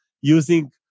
using